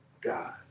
God